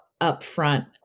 upfront